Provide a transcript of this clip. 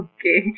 Okay